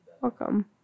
Welcome